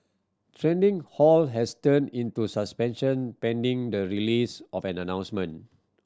trading halt has turned into suspension pending the release of an announcement